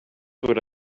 would